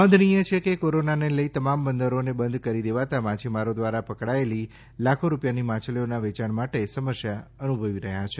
નોંધનીય છે કે કોરોનાને લઈ તમામ બંદરોને બંધ કરી દેવાતાં માછીમારો દ્વારા પકડાયેલી લાખો રૂપિયાની માછલીઓના વેચાણ માટે સમસ્યા અનુભવી રહયા છે